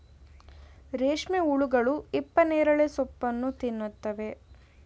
ರೇಷ್ಮೆ ಹುಳುಗಳು ಹಿಪ್ಪನೇರಳೆ ಸೋಪ್ಪನ್ನು ತಿನ್ನುತ್ತವೆ